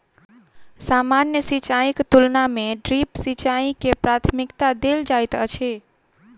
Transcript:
सामान्य सिंचाईक तुलना मे ड्रिप सिंचाई के प्राथमिकता देल जाइत अछि